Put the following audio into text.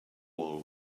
wall